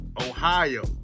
Ohio